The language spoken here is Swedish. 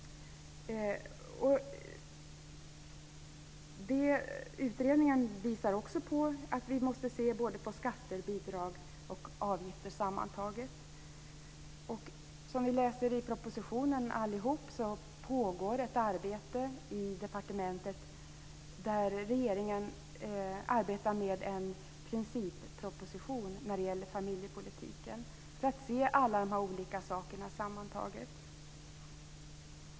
Utredningen visar också att vi måste se på både skatter och bidrag och avgifter sammantaget. Som vi allihop kan läsa i propositionen pågår ett arbete i departementet där regeringen arbetar med en principproposition när det gäller familjepolitiken för att se alla de här olika sakerna sammantaget.